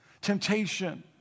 Temptation